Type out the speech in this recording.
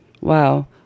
wow